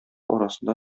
арасында